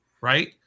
right